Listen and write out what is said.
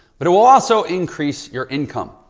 but it will also increase your income.